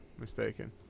mistaken